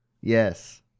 Yes